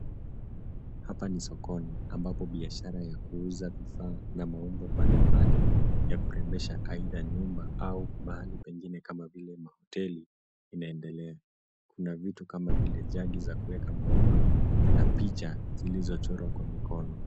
Hapa ni sokoni ambapo biashara ya kuuza vifaa na maumbo mbalimbali ya kurembesha aidha nyumba au mahali pengine kama vile mahoteli inaendelea kuna vitu kama vile jagi za kuweka maua na picha zilizochorwa kwa mikono.